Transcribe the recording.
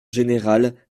générale